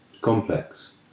complex